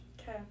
Okay